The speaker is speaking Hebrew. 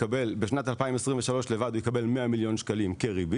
בשנת 2023 לבד הוא יקבל כ-100 מיליון ₪ כריבית,